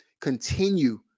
continue